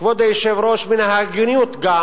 כבוד היושב-ראש, מן ההגינות גם